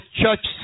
church